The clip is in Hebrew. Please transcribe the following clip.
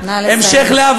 נא לסיים.